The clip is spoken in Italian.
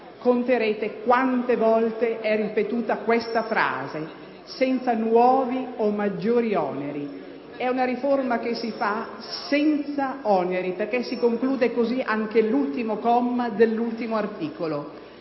conterete quante volte e ripetuta la frase: «senza nuovi o maggiori oneri». E[]una riforma che si fa senza oneri, perche´ si conclude cosı anche l’ultimo comma dell’ultimo articolo.